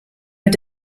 mit